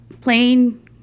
plain